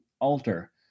alter